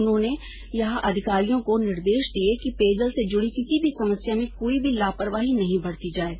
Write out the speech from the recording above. उन्होंने यहां अधिकारियों को निर्देश दिये कि पेयजल से जुडी किसी भी समस्या में कोई भी लापरवाही नहीं बरती जाये